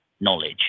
knowledge